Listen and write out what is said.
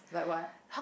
like what